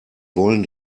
wollen